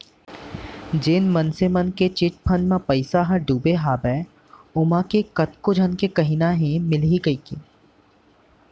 जेन मनसे मन के चिटफंड म पइसा ह डुबे हवय ओमा के कतको झन कहिना हे मिलही कहिके